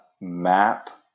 map